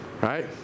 right